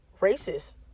racist